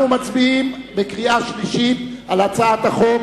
אנחנו מצביעים בקריאה שלישית על הצעת החוק,